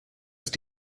ist